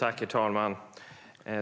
Herr talman!